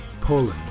Poland